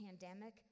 pandemic